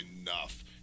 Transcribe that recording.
enough